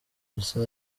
elsa